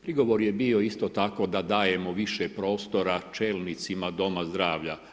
Prigovor je bio isto tako da dajemo više prostora čelnicima doma zdravlja.